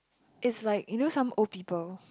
it's like you know some old people